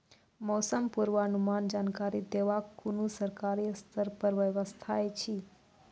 मौसम पूर्वानुमान जानकरी देवाक कुनू सरकारी स्तर पर व्यवस्था ऐछि?